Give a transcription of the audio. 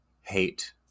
hate